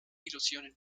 illusionen